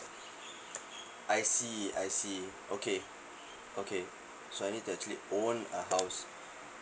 I see I see okay okay so I need to actually own a house